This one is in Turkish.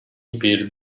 bir